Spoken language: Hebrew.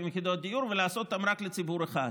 יחידות דיור ולעשות אותן רק לציבור אחד.